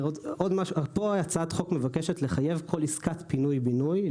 פה הצעת החוק מחייבת לחייב את ההוראה הזאת בכל עסקת פינוי-בינוי.